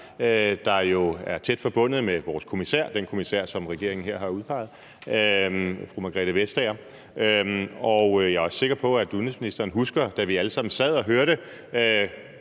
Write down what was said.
der jo er tæt forbundet med vores kommissær – den kommissær, som regeringen her har udpeget, fru Margrethe Vestager. Jeg er også sikker på, at udenrigsministeren husker, da vi alle sammen sad og hørte